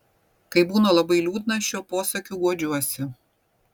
kai būna labai liūdna šiuo posakiu guodžiuosi